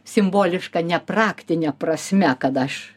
simboliška ne praktine prasme kad aš